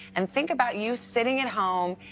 and think about you sitting at home,